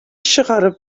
чыгарып